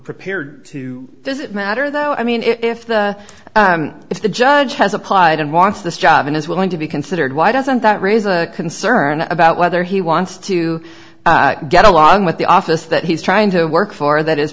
prepared to does it matter though i mean if the if the judge has applied and wants this job and is willing to be considered why doesn't that raise a concern about whether he wants to get along with the office that he's trying to work far that is